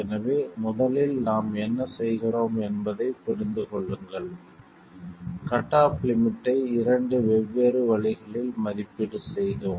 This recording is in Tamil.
எனவே முதலில் நாம் என்ன செய்கிறோம் என்பதைப் புரிந்து கொள்ளுங்கள் கட் ஆஃப் லிமிட்டை இரண்டு வெவ்வேறு வழிகளில் மதிப்பீடு செய்தோம்